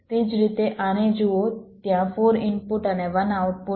એ જ રીતે આને જુઓ ત્યાં 4 ઇનપુટ અને 1 આઉટપુટ છે